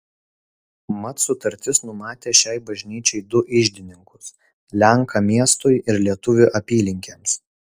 mat sutartis numatė šiai bažnyčiai du iždininkus lenką miestui ir lietuvį apylinkėms